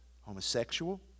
Homosexual